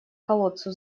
колодцу